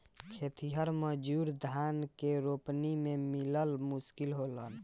खेतिहर मजूर धान के रोपनी में मिलल मुश्किल होलन